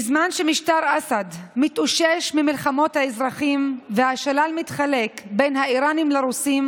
בזמן שמשטר אסד מתאושש ממלחמת האזרחים והשלל מתחלק בין האיראנים לרוסים,